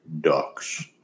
Ducks